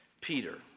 Peter